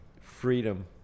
freedom